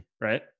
right